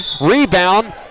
Rebound